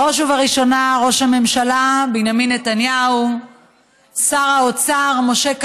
ובראש ובראשונה ראש הממשלה בנימין נתניהו ושר האוצר משה כחלון.